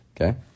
Okay